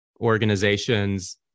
organizations